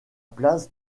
place